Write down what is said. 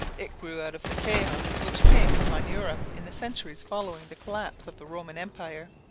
it grew out of the chaos which came upon europe in the centuries following the collapse of the roman empire.